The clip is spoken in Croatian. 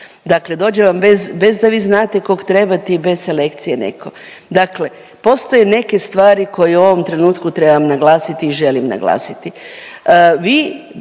Dakle dođe vam bez da vi znate kog trebate i bez selekcije netko. Dakle postoje neke stvari koje u ovom trenutku trebam naglasiti i želim naglasiti.